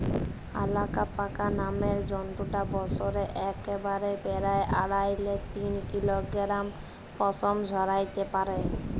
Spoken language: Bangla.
অয়ালাপাকা নামের জন্তুটা বসরে একবারে পেরায় আঢ়াই লে তিন কিলগরাম পসম ঝরাত্যে পারে